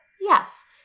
Yes